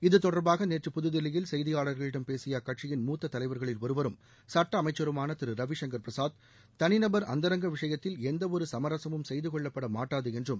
இத்தொடர்பாக நேற்று புதுதில்லியில் செய்தியாளர்களிடம் பேசிய அக்கட்சியிள் முத்தத் தலைவர்களில் ஒருவரும் சட்ட அமைச்சருமான திரு ரவிசங்கள் பிரசாத் தனிநபா் அந்தரங்க விஷயத்தில் எந்தவொரு சமரசமும் செய்துகொள்ளப்பட மாட்டாது என்றும்